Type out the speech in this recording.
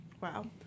Wow